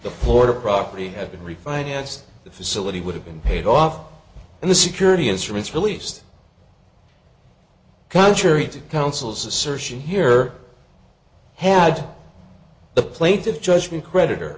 the border property had been refinanced the facility would have been paid off and the security instruments released contrary to counsel's assertion here had the plaintiff's judgment